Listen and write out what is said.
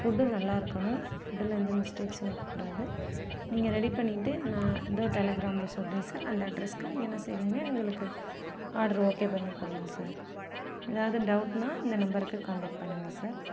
food நல்லாருக்கணும் ஃபுட்டில் எந்த மிஸ்டேக்ஸ்ஸும் இருக்க கூடாது நீங்கள் ரெடி பண்ணிக்கிட்டு நான் தோ டெலகிராமில் சொல்கிறேன் சார் அந்த அட்ரஸுக்கு நீங்கள் என்ன செய்கிறீங்கன்னா எங்களுக்கு ஆடர் ஓகே பண்ணி கொடுங்க சார் ஏதாவது டவுட்ன்னா இந்த நம்பருக்கு கான்டெக்ட் பண்ணுங்கள் சார்